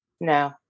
No